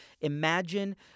Imagine